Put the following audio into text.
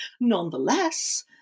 Nonetheless